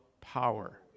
power